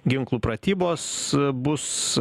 ginklų pratybos bus